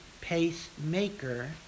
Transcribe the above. pacemaker